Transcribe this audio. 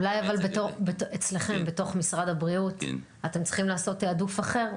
אולי אצלכם בתוך משרד הבריאות אתם צריכים לעשות תעדוף אחר.